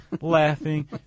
laughing